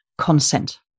consent